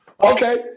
Okay